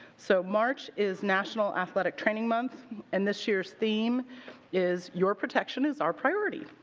so march is national athletic training month and this year's theme is your protection is our priority.